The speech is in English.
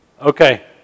Okay